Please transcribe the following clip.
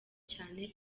cyane